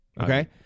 Okay